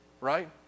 Right